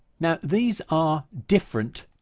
now these are different